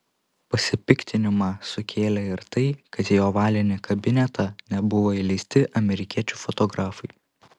pasipiktinimą sukėlė ir tai kad į ovalinį kabinetą nebuvo įleisti amerikiečių fotografai